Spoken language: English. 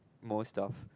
most of